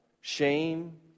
shame